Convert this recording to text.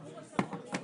יום ראשון בשבוע,